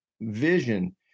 vision